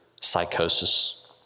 psychosis